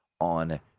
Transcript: on